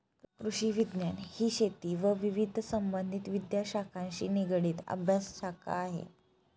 कृषिविज्ञान ही शेती व विविध संबंधित विद्याशाखांशी निगडित अभ्यासशाखा आहे